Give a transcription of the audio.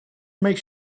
makes